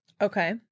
Okay